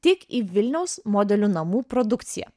tik į vilniaus modelių namų produkciją